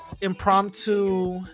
impromptu